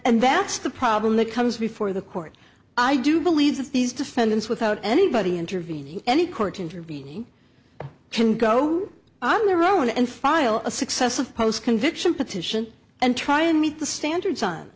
and that's the problem that comes before the court i do believe that these defendants without anybody intervening any court intervening can go on their own and file a successive post conviction petition and try and meet the standards on